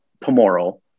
tomorrow